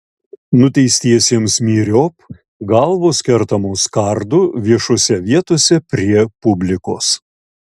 nuteistiems myriop galvos kertamos kardu viešose vietose prie publikos